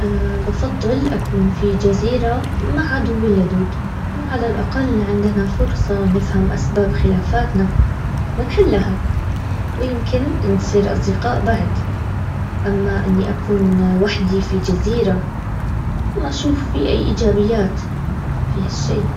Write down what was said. اه بفضل اكون في جزيرة مع عدوي اللدود. وعلى الاقل عندنا فرصة نفهم اسباب خلافاتنا ونحلها ويمكن نصير اصدقاء بعد اما اني اكون وحدي في جزيرة. ما اشوف في ايجابيات في هالشي